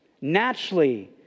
Naturally